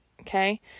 okay